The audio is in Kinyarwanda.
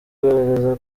ugaragaza